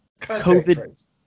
COVID